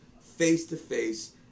face-to-face